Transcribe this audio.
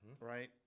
Right